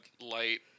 Light